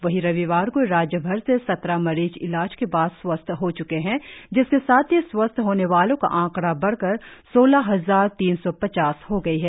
वही रविवार को राज्यभर से सत्रह मरीज इलाज के बाद स्वस्थ हो चुके है जिसके साथ ही स्वस्थ होने वालों का आंकड़ा बढ़कर सोलह हजार तीन सौ पचास हो गई है